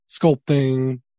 sculpting